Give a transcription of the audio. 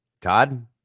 Todd